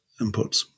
inputs